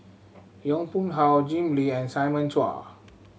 Yong Pung How Jim Lim and Simon Chua